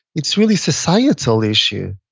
it's really societal issue.